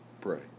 Pray